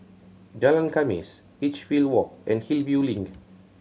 Jalan Khamis Edgefield Walk and Hillview Link